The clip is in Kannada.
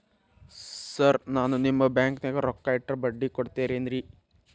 ಸರ್ ನಾನು ನಿಮ್ಮ ಬ್ಯಾಂಕನಾಗ ರೊಕ್ಕ ಇಟ್ಟರ ಬಡ್ಡಿ ಕೊಡತೇರೇನ್ರಿ?